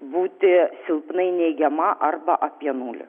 būti silpnai neigiama arba apie nulį